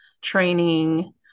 Training